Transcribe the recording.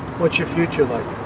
what's your future like?